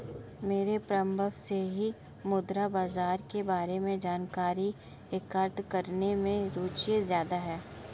मेरी प्रारम्भ से ही मुद्रा बाजार के बारे में जानकारी एकत्र करने में रुचि ज्यादा है